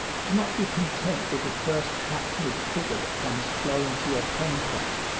do not be content with the first hackneyed figure that comes flowing to your pen-point,